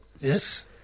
Yes